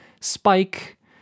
spike